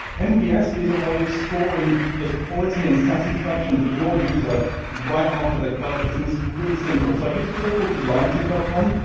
nps is a way of scoring the quality and satisfaction for your user right after they purchase, and it's really simple. so i use a tool called delighted ah com,